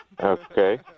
Okay